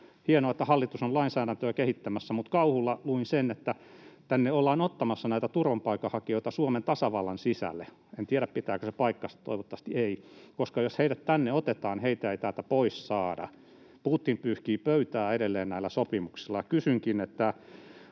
hienoa, että hallitus on lainsäädäntöä kehittämässä, mutta kauhulla luin sen, että tänne ollaan ottamassa näitä turvapaikanhakijoita Suomen tasavallan sisälle. En tiedä, pitääkö se paikkansa — toivottavasti ei, koska jos heidät tänne otetaan, heitä ei täältä pois saada. Putin pyyhkii pöytää edelleen näillä sopimuksilla.